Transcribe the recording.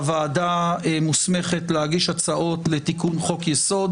הוועדה מוסמכת להגיש הצעות לתיקון חוק-יסוד.